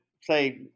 say